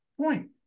point